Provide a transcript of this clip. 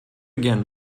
gern